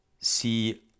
see